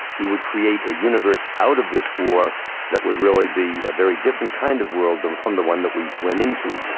we would create a universe out of this war that would really be a very different kind of world from the one that we went into.